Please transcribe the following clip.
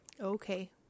Okay